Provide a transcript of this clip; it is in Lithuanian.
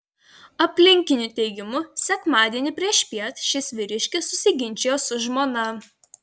aplinkinių teigimu sekmadienį priešpiet šis vyriškis susiginčijo su žmona